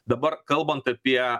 dabar kalbant apie